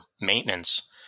maintenance